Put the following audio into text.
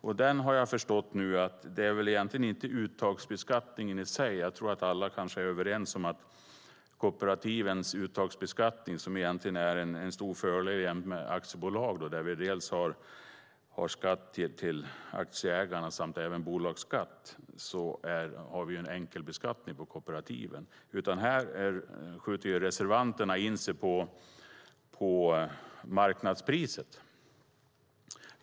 Jag har förstått att det egentligen inte är uttagsbeskattningen i sig det gäller. Alla är nog överens om att kooperativens uttagsbeskattning egentligen har en stor fördel jämfört med aktiebolagen, där vi dels har skatt till aktieägarna, dels bolagsskatt. På kooperativen har vi en enkel beskattning. Här skjuter reservanterna in sig på marknadspriset.